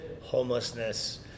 homelessness